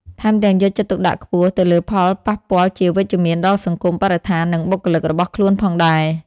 ថែមទាំងយកចិត្តទុកដាក់ខ្ពស់ទៅលើផលប៉ះពាល់ជាវិជ្ជមានដល់សង្គម បរិស្ថាន និងបុគ្គលិករបស់ខ្លួនផងដែរ ។